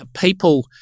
people